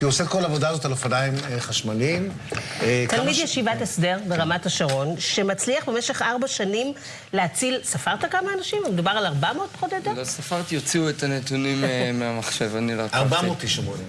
היא עושה כל העבודה הזאת על אופניים חשמליים. תלמיד ישיבת הסדר ברמת השרון שמצליח במשך ארבע שנים להציל, ספרת כמה אנשים? מדובר על 400 פחות או יותר? לא ספרתי, הוציאו את הנתונים מהמחשב.